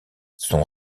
son